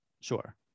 Sure